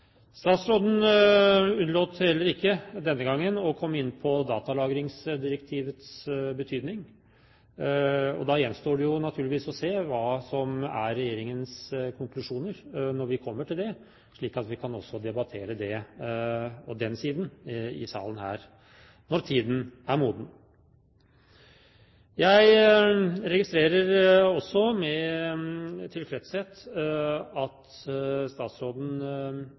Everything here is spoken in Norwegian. Statsråden unnlot heller ikke denne gangen å komme inn på datalagringsdirektivets betydning, og da gjenstår det jo naturligvis å se hva som er regjeringens konklusjoner når vi kommer til det, slik at vi også kan debattere den siden i salen her når tiden er moden. Jeg registrerer også med tilfredshet at statsråden